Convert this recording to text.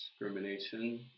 discrimination